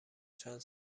چند